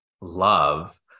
love